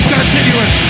Continuous